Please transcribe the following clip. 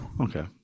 okay